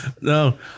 no